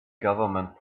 government